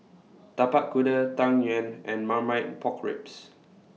Tapak Kuda Tang Yuen and Marmite Pork Ribs